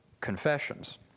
confessions